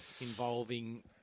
involving